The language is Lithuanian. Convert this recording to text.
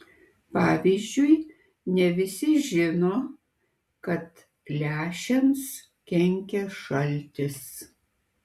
pavyzdžiui ne visi žino kad lęšiams kenkia šaltis